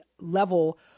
level